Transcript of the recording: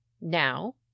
now